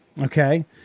okay